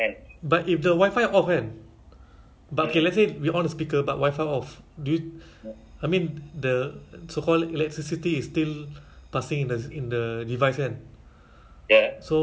no I think if let's say oh but I think google kan macam mana eh if you like ask question kan like no need the internet you like ask for the weather right and there's no wifi then they will say um oh sorry we cannot